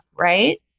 right